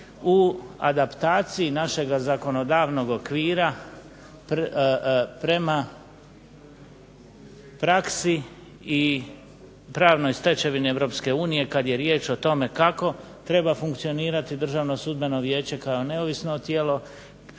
u adaptaciji našeg zakonodavnog okvira prema praksi i pravnoj stečevini Europske unije kada je riječ o tome kako treba funkcionirati Državno sudbeno vijeće kao neovisno tijelo,